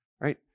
right